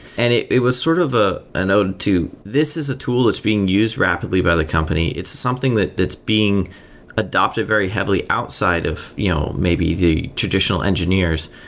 and it it was sort of ah an ode to this is a tool that's being used rapidly by the company. it's something that's being adapted very heavily outside of you know maybe the traditional engineers,